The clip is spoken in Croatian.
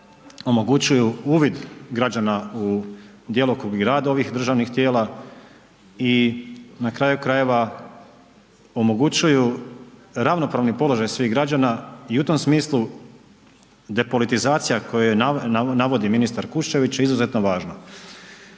omogućuju uvid građana u djelokrug i rad ovih državnih tijela i na kraju krajeva omogućuju ravnopravni položaj svih građana i u tom smislu depolitizacija koju navodi ministar Kuščević je izuzetno važna.